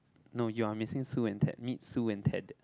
no you are missing Sue and Ted meet Sue and Ted